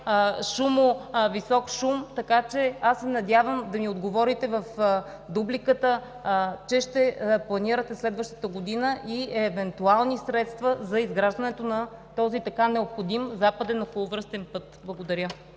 и висок шум. Аз се надявам да ми отговорите в дупликата, че ще планирате следващата година и евентуални средства за изграждането на този така необходим западен околовръстен път. Благодаря.